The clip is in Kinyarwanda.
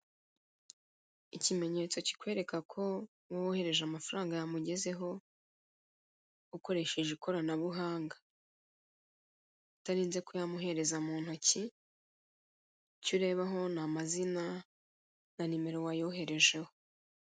Ikimenyetso kikwereka ko uwo woherereje amafaranga yamugezeho ukoresheje ikoranabuhanga utarinze kuyamuhereza mu ntoki, icyo ureba ni amazina na nimero wayoherejeho.